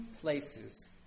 places